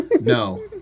no